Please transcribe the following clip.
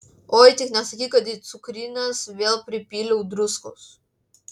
oi tik nesakyk kad į cukrines vėl pripyliau druskos